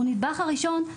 הוא הנדבך הראשון.